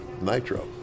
Nitro